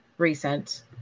Recent